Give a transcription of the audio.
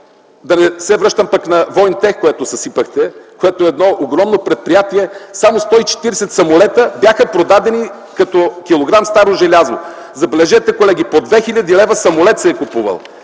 Да не се връщам пък на „Воинтех”, което съсипахте, огромно предприятие. Само 140 самолета бяха продадени като килограм старо желязо. Забележете, колеги, по 2 хил. лв. самолет се е купувал,